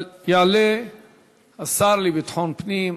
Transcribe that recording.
יעלה השר לביטחון פנים,